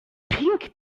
pink